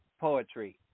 poetry